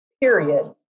period